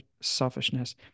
selfishness